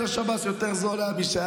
לשב"ס יותר זול להביא,